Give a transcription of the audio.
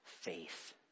faith